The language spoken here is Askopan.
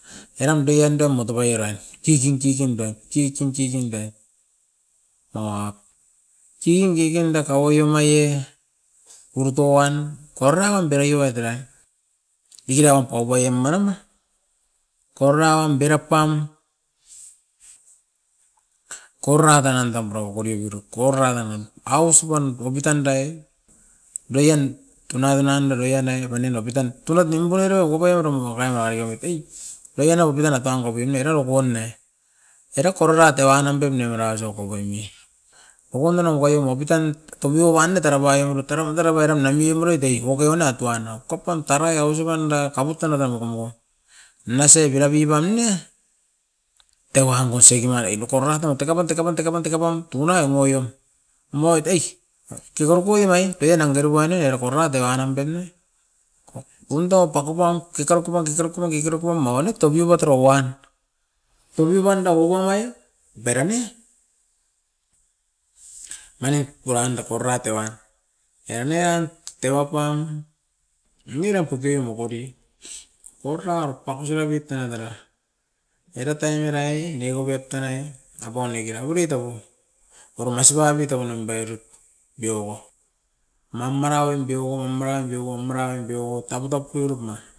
Eran deande motopai eran, kiking kiking da, kiking kiking da o king kiking dakau oiomai e urutouan koraun berowiet era. Diki raun ouboie maram koro raun bera pam korora tenan tam purau okori birut, korora tan nam ausip pan okitandai doian tunai kenan oriot ne panin opitan tunoit nimpurerai okopoi oirom opam ariopet ei, roian na opitan na taun kopime era rop oune. Era korotat eva nam pim nevara osokopoim mi, okonona mokoiim opitan tumuio ban'ne tera baim urut teraba teraba oiram nanii beauroit tei okoi ounat tua nou kopam tarai ausip panda kavut enan a mokomoko nasei bira bibam ne, ewa hango segimar e boko borato teka pan, teka pan, teka pan, teka pam tunai omoio. Moit ei kikarukoi emai koianang teru puanei arako oirat eva nampem ne, ko ko undo paku puam kekaruku pan, kekaruku pan, kekeruku pan mauanit toviuva toro uan. Toviuvanda kokomai tera ne, manip puranda porat evan, enian tewa pan nuiran puki mokori ororau pakusira bitana dara era tain erai niurovit tanai abua nekera uborito oro masita nitouo nom berut bioko. Mam mara oim bioko maraim, bioko maraim, bioko kabutap piurut na.